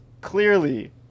Clearly